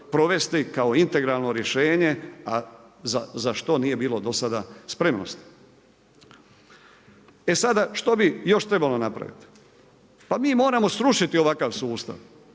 kao integralno rješenje a za što nije bilo do sada spremnosti. E sada što bi još trebalo napraviti? Pa mi moramo srušiti ovakav sustav.